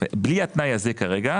בלי התנאי הזה כרגע,